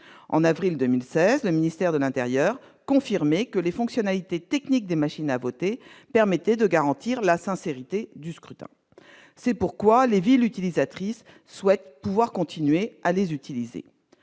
en avril 2016, le ministère de l'Intérieur a confirmé que les fonctionnalités techniques des machines à voter, permettait de garantir la sincérité du scrutin, c'est pourquoi les villes utilisatrice souhaite pouvoir continuer à les utiliser,